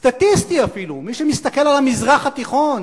סטטיסטי אפילו, מי שמסתכל על המזרח התיכון